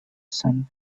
sun